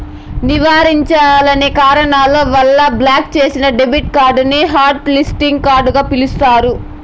నివారించలేని కారణాల వల్ల బ్లాక్ చేసిన డెబిట్ కార్డుని హాట్ లిస్టింగ్ కార్డుగ పిలుస్తారు